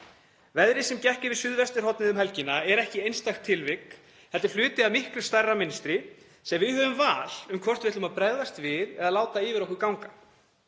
Veðrið sem gekk yfir suðvesturhornið um helgina er ekki einstakt tilvik heldur hluti af miklu stærra mynstri sem við höfum val um hvort við ætlum að bregðast við eða láta yfir okkur ganga.